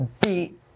beat